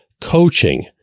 coaching